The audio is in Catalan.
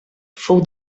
fou